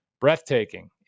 breathtaking